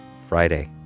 Friday